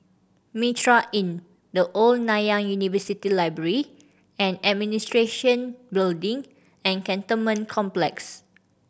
Mitraa Inn The Old Nanyang University Library and Administration Building and Cantonment Complex